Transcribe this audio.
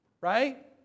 right